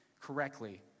correctly